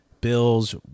bills